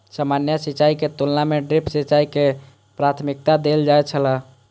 सामान्य सिंचाई के तुलना में ड्रिप सिंचाई के प्राथमिकता देल जाय छला